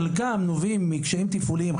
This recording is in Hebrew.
חלקם נובעים מקשיים תפעוליים,